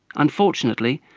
unfortunately,